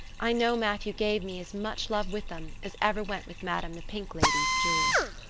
i know matthew gave me as much love with them as ever went with madame the pink lady's jewels.